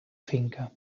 finca